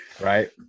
Right